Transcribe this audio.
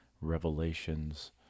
revelations